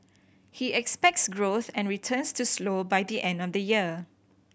he expects growth and returns to slow by the end of the year